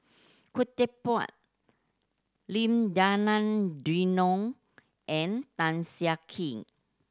Khoo Teck Puat Lim Denan Denon and Tan Siah Kwee